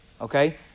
okay